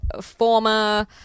former